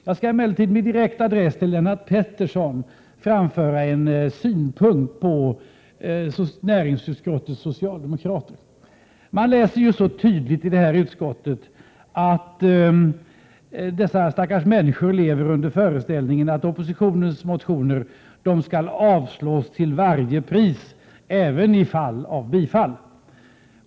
Jag skall emellertid med direkt adress till Lennart Pettersson framföra en synpunkt på näringsutskottets socialdemokrater. Man läser så tydligt i det här betänkandet att dessa stackars människor lever i föreställningen att oppositionens motioner skall avstyrkas till varje pris.